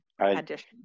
addition